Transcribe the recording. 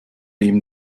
ihm